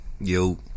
Yo